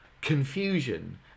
confusion